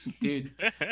dude